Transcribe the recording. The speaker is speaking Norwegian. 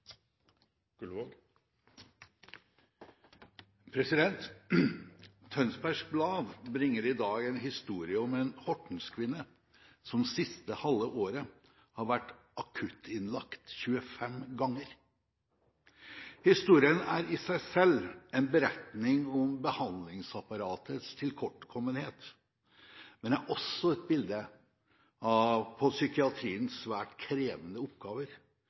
bringer i dag en historie om en Hortenskvinne som siste halve året har vært akuttinnlagt 25 ganger. Historien er i seg selv en beretning om behandlingsapparatets tilkortkommenhet, men er også et bilde på psykiatriens svært krevende oppgaver